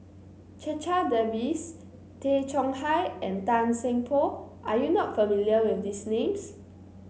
Checha Davies Tay Chong Hai and Tan Seng Poh are you not familiar with these names